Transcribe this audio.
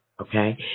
okay